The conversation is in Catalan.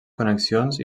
connexions